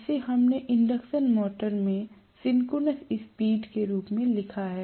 इसे हमने induction motor में सिंक्रोनस स्पीड के रूप में लिखा था